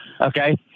Okay